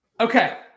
Okay